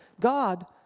God